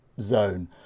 zone